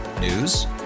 News